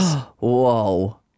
Whoa